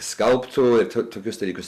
skalbtų tokius dalykus